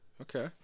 Okay